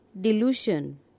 delusion